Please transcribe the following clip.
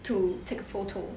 to take a photo